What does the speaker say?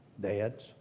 Dads